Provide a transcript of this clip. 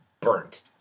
Burnt